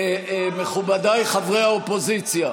מכובדיי חברי האופוזיציה,